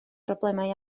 broblemau